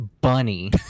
Bunny